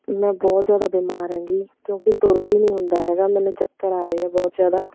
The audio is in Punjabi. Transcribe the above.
ਮੈਂ ਬਹੁਤ ਜ਼ਿਆਦਾ ਬਿਮਾਰ ਹੈਗੀ ਕਿਉਂਕਿ ਤੁਰ ਵੀ ਨਹੀਂ ਹੁੰਦਾ ਹੈਗਾ ਮੈਨੂੰ ਚੱਕਰ ਆ ਰਹੇ ਆ ਬਹੁਤ ਜ਼ਿਆਦਾ